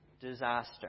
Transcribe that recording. disaster